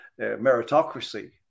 meritocracy